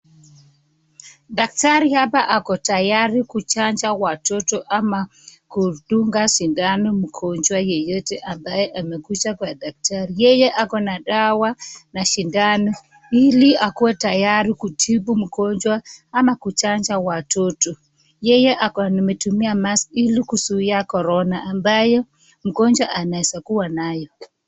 Daktari hapa ako tayari kuchanja watoto ama kudunga sindano mgonjwa yeyote ambaye amekuja kwa daktari, yeye ako na dawa na sindano ili akuwe tayari kutibu mgonjwa ama kuchanja watoto. Yeye ametumia (cs)maski(cs) ili kuzuia korona ambayo mgonjwa anaeza kuwa nayo.